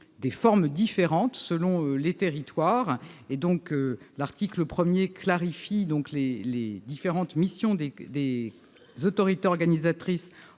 des formes différentes selon les territoires. Aussi, l'article clarifie les différentes missions des autorités organisatrices